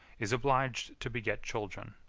is obliged to beget children,